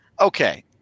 Okay